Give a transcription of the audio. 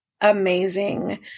amazing